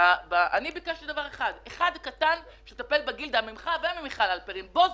ביקשתי דבר אחד קטן ממך וממיכל הלפרין בו-זמנית: